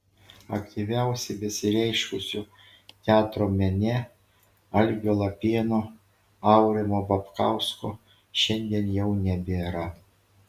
aktyviausiai besireiškusių teatro mene algio lapėno aurimo babkausko šiandien jau nebėra